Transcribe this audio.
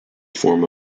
form